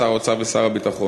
שר האוצר ושר הביטחון.